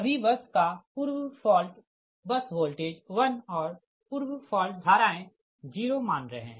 सभी बस का पूर्व फॉल्ट बस वोल्टेज 1 और पूर्व फॉल्ट धाराएँ 0 मान रहे है